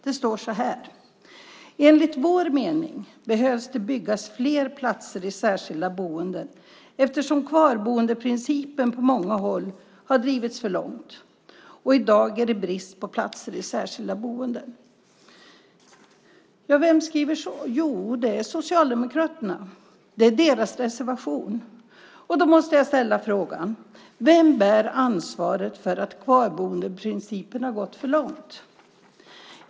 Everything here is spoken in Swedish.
Det står så här: "Enligt vår mening behöver det byggas fler platser i särskilda boenden eftersom den s.k. kvarboendeprincipen på många håll har drivits för långt och det i dag är brist på platser i särskilda boenden." Vem skriver så? Jo, det gör Socialdemokraterna. Det är från deras reservation. Då måste jag ställa frågan: Vem bär ansvaret för att kvarboendeprincipen har drivits för långt?